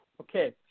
Okay